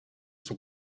son